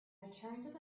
returned